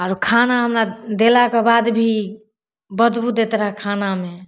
आरो खाना हमरा देलाके बाद भी बदबू दैत रहै खानामे